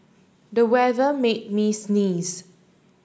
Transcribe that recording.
the weather made me sneeze